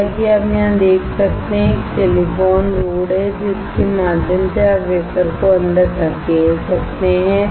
जैसा कि आप यहां देख सकते हैं एक सिलिकॉन रॉड है जिसके माध्यम से आप वेफर को अंदर धकेल सकते हैं